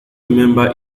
remember